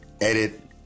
edit